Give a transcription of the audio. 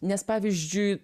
nes pavyzdžiui